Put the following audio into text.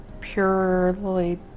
purely